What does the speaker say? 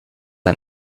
ein